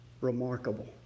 Remarkable